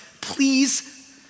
please